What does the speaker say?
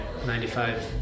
95